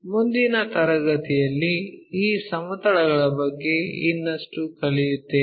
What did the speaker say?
ಮುಂದಿನ ತರಗತಿಯಲ್ಲಿ ಈ ಸಮತಲಗಳ ಬಗ್ಗೆ ಇನ್ನಷ್ಟು ಕಲಿಯುತ್ತೇವೆ